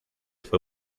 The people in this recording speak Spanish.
fue